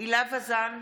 הילה וזאן,